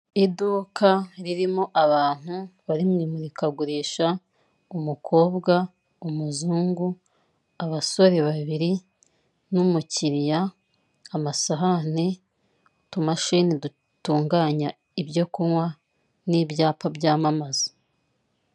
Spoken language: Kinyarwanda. Iduka ririmo abantu bari mu imurikagurisha, umukobwa, umuzungu, abasore babiri, n'umukiliya, amasahani, utumashini dutunganya ibyo kunywa, n'ibyapa byamamaza.